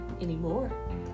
anymore